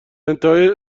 انتهای